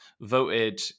voted